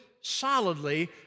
solidly